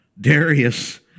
Darius